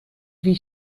wie